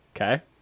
Okay